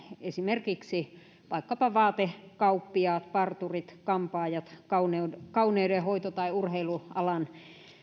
esimerkiksi vaikkapa vaatekauppiaat parturit kampaajat kauneudenhoito kauneudenhoito tai urheilualan